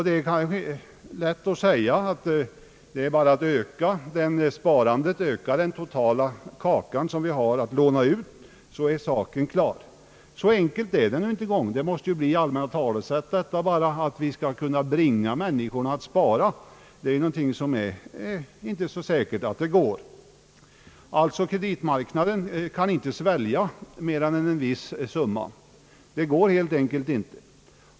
Det är lätt att säga att det bara är att öka sparandet för att få mer kapital att låna ut, så är saken klar. Detta kan visa sig vara tomt prat, ty det är inte alls säkert att vi kan bringa människorna att spara. Kreditmarknaden kan alltså inte svälja mer än en viss summa.